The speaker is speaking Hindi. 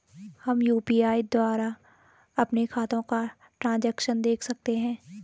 हम यु.पी.आई द्वारा अपने खातों का ट्रैन्ज़ैक्शन देख सकते हैं?